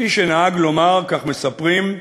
כפי שנהג לומר, כך מספרים,